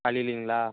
காலையிலேங்களா